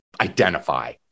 identify